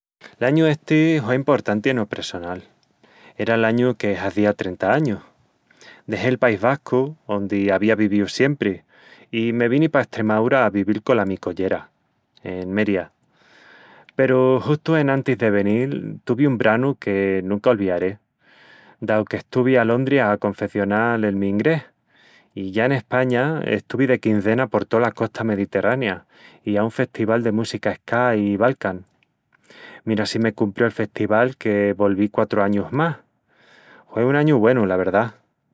L'añu esti hue emportanti eno pressonal. Era l'añu que hazía trenta añus, dexé el País Vascu, ondi avía vivíu siempri i me vini pa Estremaúra a vivil cola mi collera, en Méria. Peru justu enantis de venil, tuvi un branu que nunca olviaré, dau que estuvi a Londri a confecional el mi ingrés, i ya en España estuvi de quinzena por tola costa mediterrania i a un festival de música ska i balkan. Mira si me cumprió el festival que volví quatru añus más... Hue un añu güenu, la verdá...